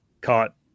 caught